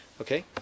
okay